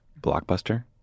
blockbuster